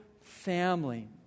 family